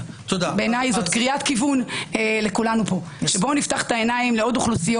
בעיניי זו קריאת כיוון לכולנו פה בואו נפתח את העיניים לעוד אוכלוסיות